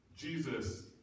Jesus